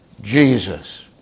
Jesus